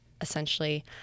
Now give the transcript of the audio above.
Essentially